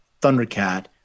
Thundercat